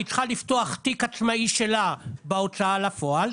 היא צריכה לפתוח תיק עצמאי שלה בהוצאה לפועל,